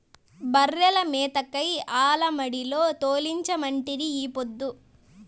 బర్రెల మేతకై ఆల మడిలో తోలించమంటిరి ఈ పొద్దు